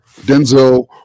Denzel